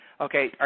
Okay